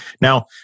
Now